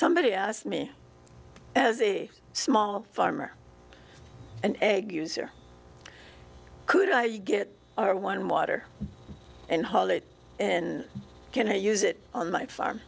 somebody asked me as a small farmer an egg user could i get our one water and haul it and can't use it on my farm